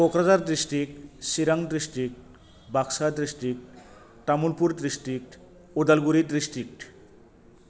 Kokrajhar district Chirang district Baksa district Tamulpur district Udalguri district